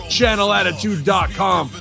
Channelattitude.com